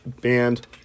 band